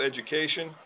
education